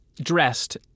dressed